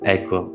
Ecco